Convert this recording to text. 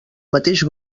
mateix